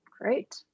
Great